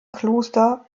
kloster